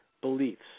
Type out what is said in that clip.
beliefs